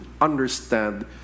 understand